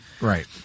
Right